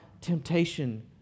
temptation